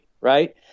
right